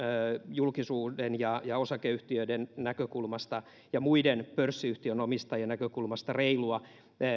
julkisuuden ja ja osakeyhtiöiden näkökulmasta ja muiden pörssiyhtiön omistajien näkökulmasta reilua